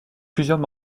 plusieurs